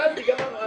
הבנתי, גמרנו.